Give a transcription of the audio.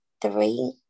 three